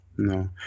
No